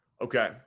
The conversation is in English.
Okay